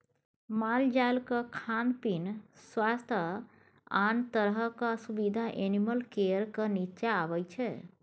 मालजालक खान पीन, स्वास्थ्य आ आन तरहक सुबिधा एनिमल केयरक नीच्चाँ अबै छै